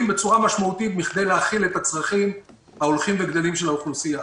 משמעותית מכדי להכיל את הצרכים ההולכים וגדלים של האוכלוסייה.